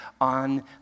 on